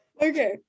Okay